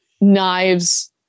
knives